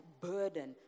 burden